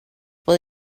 will